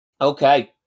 Okay